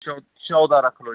ਚੌ ਚੌਦਾਂ ਰੱਖ ਲਓ ਜੀ